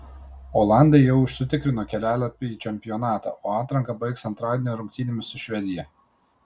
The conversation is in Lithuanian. olandai jau užsitikrino kelialapį į čempionatą o atranką baigs antradienio rungtynėmis su švedija